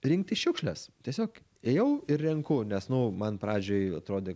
rinkti šiukšles tiesiog ėjau ir renku nes nu man pradžioj atrodė